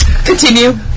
Continue